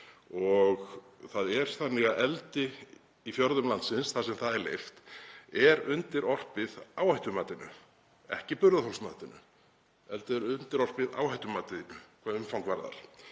og það er þannig að eldi í fjörðum landsins, þar sem það er leyft, er undirorpið áhættumatinu — ekki burðarþolsmatinu heldur undirorpið áhættumatinu hvað umfang varðar.